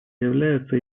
являются